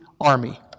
army